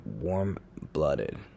warm-blooded